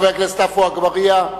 חבר הכנסת עפו אגבאריה,